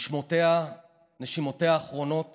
נשימותיה האחרונות